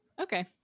Okay